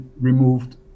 removed